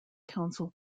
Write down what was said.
council